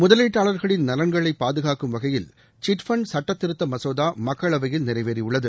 முதலீட்டாளர்களின் நலன்களை பாதுகாக்கும் வகையில் சிட் பண்ட் சட்டதிருத்த மசோதா மக்களவையில் நிறைவேறியுள்ளது